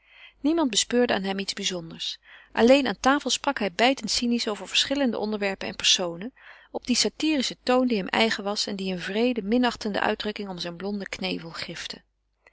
niemand bespeurde aan hem iets bizonders alleen aan tafel sprak hij bijtend cynisch over verschillende onderwerpen en personen op dien satyrischen toon die hem eigen was en die eene wreede minachtende uitdrukking om zijn blonden knevel grifte